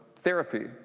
therapy